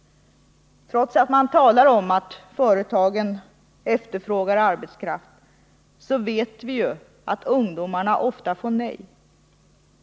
Trots att man talar om att företagen efterfrågar arbetskraft så vet vi att ungdomarna ofta får nej.